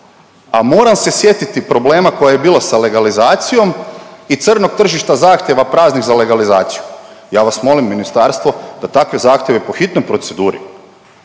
a moram se sjetit i problema koji je bio sa legalizacijom i crnog tržišta zahtjeva praznih za legalizaciju. Ja vas molim ministarstvo da takve zahtjeve po hitnoj proceduri